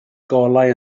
golau